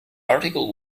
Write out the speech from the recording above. article